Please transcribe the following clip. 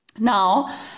Now